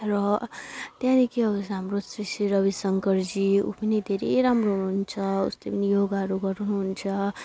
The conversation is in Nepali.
र त्यहाँदेखि आउँछ हाम्रो श्री श्री रविशङ्करजी ऊ पनि धेरै राम्रो हुनुहुन्छ उसले पनि योगाहरू गराउनुहुन्छ